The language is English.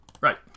right